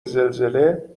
زلزله